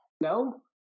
No